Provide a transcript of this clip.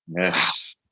Yes